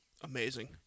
Amazing